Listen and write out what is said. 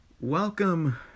Welcome